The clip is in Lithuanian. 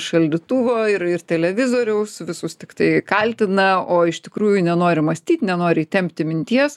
šaldytuvo ir ir televizoriaus visus tiktai kaltina o iš tikrųjų nenori mąstyt nenori įtempti minties